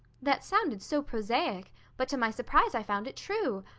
that sounded so prosaic but to my surprise i found it true.